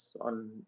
on